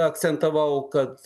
akcentavau kad